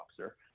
officer